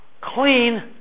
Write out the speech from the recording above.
clean